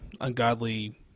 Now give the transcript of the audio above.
ungodly